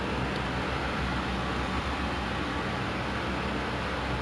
ya and I'm like tengah stretch lah mummy yes